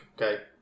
Okay